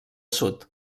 sud